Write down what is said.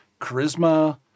charisma